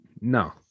No